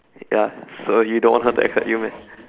ya so you don't want her to accept you meh